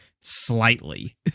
slightly